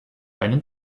einen